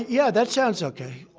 yeah, that sounds okay.